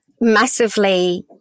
massively